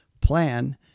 plan